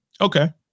Okay